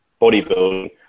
bodybuilding